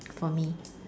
for me